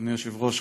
אדוני היושב-ראש,